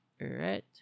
right